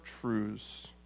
truths